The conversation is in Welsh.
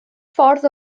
ffordd